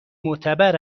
معتبر